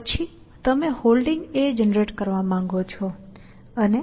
પછી તમે Holding generate કરવા માંગો છો અને